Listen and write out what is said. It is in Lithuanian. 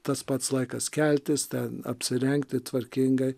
tas pats laikas keltis ten apsirengti tvarkingai